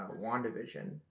WandaVision